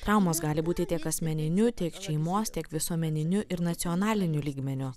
traumos gali būti tiek asmeniniu tiek šeimos tiek visuomeniniu ir nacionaliniu lygmeniu